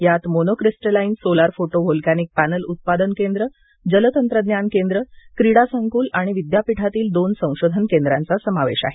यात monocrystalline solar photo volcanic panel उत्पादन केंद्र जल तंत्रज्ञान केंद्र क्रीडा संकुल आणि विद्यापीठातील दोन संशोधन केंद्रांचं उद्घाटनचा समावेश आहे